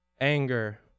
anger